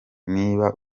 niba